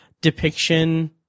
depiction